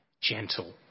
gentle